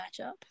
matchup